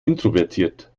introvertiert